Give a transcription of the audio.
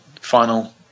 final